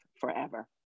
forever